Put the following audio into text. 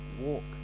walk